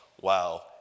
wow